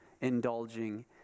indulging